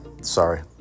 sorry